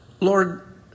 Lord